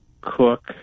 Cook